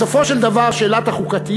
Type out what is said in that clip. בסופו של דבר, שאלת החוקתיות